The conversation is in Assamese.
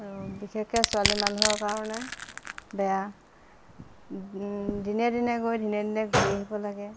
আৰু বিশেষকৈ ছোৱালী মানুহৰ কাৰণে বেয়া দিনে দিনে গৈ দিনে দিনে ঘূৰি আহিব লাগে